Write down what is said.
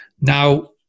Now